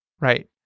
Right